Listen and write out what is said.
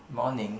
morning